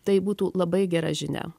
tai būtų labai gera žinia